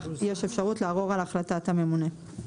ויש אפשרות לעבור על החלטת הממונה.